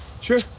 Sure